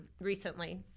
recently